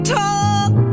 talk